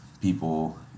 people